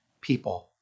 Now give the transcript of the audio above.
people